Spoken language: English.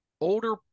older